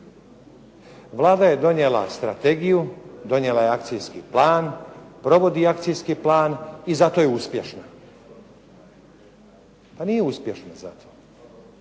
Vlada je donijela strategiju, donijela je akcijski plan, provodi akcijski plan, i zato je uspješna. Pa nije uspješna zato.